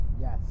Yes